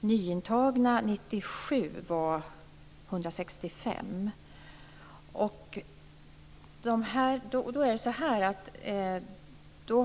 Nyintagna 1997 var 165.